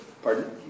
Pardon